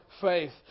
faith